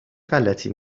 غلطی